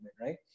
right